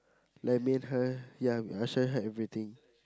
like made her ya I share with her everything